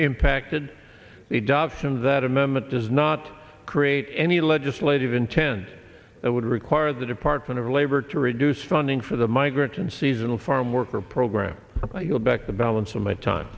impacted the dobsons that amendment does not create any legislative intent that would require the department of labor to reduce funding for the migrant and seasonal farm worker program you'll back the balance of my time